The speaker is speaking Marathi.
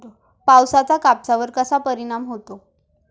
पावसाचा कापसावर कसा परिणाम होतो?